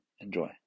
Enjoy